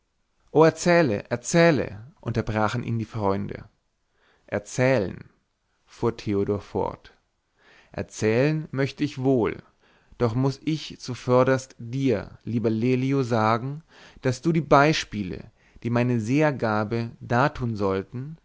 erzähle erzähle unterbrachen ihn die freunde erzählen fuhr theodor fort möcht ich wohl doch muß ich zuvörderst dir lieber lelio sagen daß du die beispiele die meine sehergabe dartun sollten